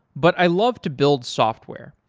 but i love to build software.